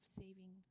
saving